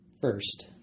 first